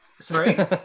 sorry